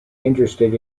interested